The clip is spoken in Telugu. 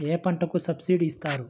ఏ పంటకు సబ్సిడీ ఇస్తారు?